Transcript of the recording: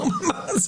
נו, מה?